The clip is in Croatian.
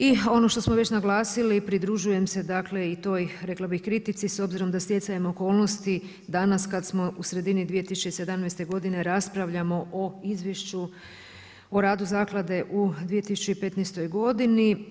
I ono što smo već naglasili i pridružujem se dakle i toj kritici s obzirom da stjecajem okolnosti danas kada smo u sredini 2017. godine raspravljamo o Izvješću o radu zaklade u 2015. godini.